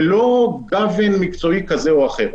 ללא גוון מקצועי כזה או אחר.